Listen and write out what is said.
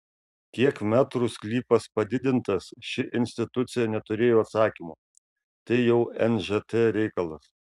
kiek metrų sklypas padidintas ši institucija neturėjo atsakymo tai jau nžt reikalas